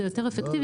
זה יותר אפקטיבי,